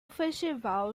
festival